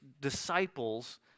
disciples